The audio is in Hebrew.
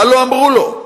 מה לא אמרו לו?